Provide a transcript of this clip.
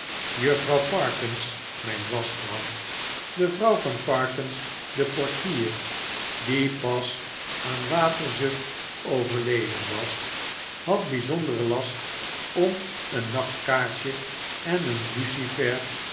juffrouw parkins mjn waschvrouw de vroaw van parkins den portier die pas aan waterzucht overleden was had bijzonderen last om een nachtkaarsje en een